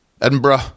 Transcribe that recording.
Edinburgh